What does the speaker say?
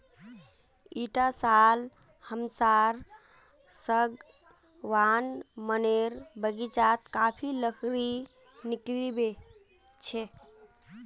इटा साल हमसार सागवान मनेर बगीचात काफी लकड़ी निकलिबे छे